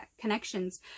connections